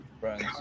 Friends